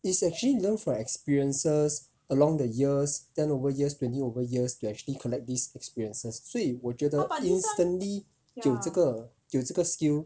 it's actually learnt for experiences along the years ten over years twenty over years to actually collect these experiences 所以我觉得 instantly 有这个有这个 skill